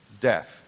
death